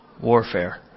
warfare